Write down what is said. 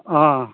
অঁ